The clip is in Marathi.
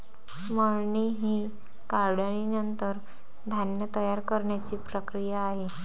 मळणी ही काढणीनंतर धान्य तयार करण्याची प्रक्रिया आहे